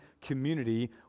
community